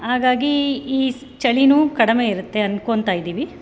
ಹಾಗಾಗಿ ಈ ಚಳಿಯೂ ಕಡಿಮೆ ಇರುತ್ತೆ ಅಂದ್ಕೊಳ್ತಾಯಿದ್ದೀವಿ